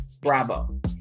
bravo